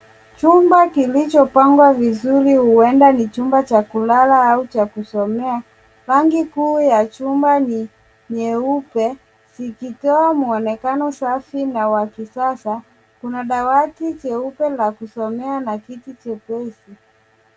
Chumba kilichopangwa vizuri huenda ni chumba cha kulala au cha kusomea. Rangi kuu ya chuma ni nyeupe zikitoa muonekano safi na wa kisasa. Kuna dawati jeupe la kusomea na kiti chepesi.